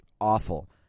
awful